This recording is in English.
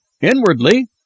Inwardly